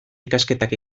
ikasketak